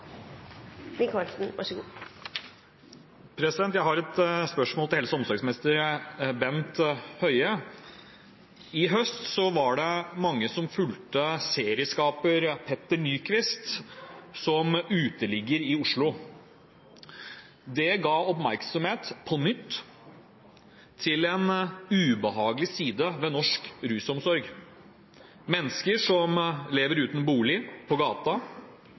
Jeg har et spørsmål til helse- og omsorgsminister Bent Høie. I høst var det mange som fulgte serieskaper Petter Nyquist som uteligger i Oslo. Det ga på nytt oppmerksomhet til en ubehagelig side ved norsk rusomsorg. Mennesker som lever uten bolig, på